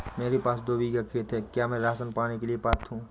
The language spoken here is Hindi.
मेरे पास दो बीघा खेत है क्या मैं राशन पाने के लिए पात्र हूँ?